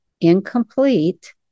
incomplete